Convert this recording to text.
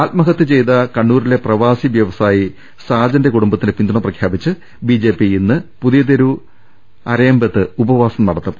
ആത്മഹത്യ ചെയ്ത കണ്ണൂരിലെ പ്രവാസി വൃവസായി സാജന്റെ കുടുംബത്തിന് പിന്തുണ പ്രഖ്യാപിച്ച് ബിജെപി ഇന്ന് പുതിയതെരു അരയമ്പേത്ത് ഉപവാസം നടത്തും